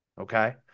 Okay